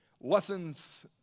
lessons